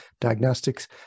diagnostics